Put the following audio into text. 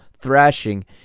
thrashing